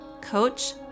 Coach